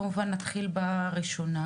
כמובן נתחיל בראשונה.